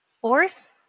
fourth